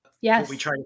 Yes